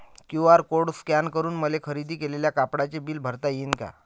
QR code scan करून मले खरेदी केलेल्या कापडाचे बिल भरता यीन का?